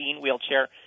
wheelchair